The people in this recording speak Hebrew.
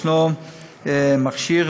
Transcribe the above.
ישנו מכשיר.